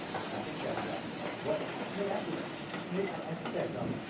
and i think that what maybe actually maybe i think that ah, um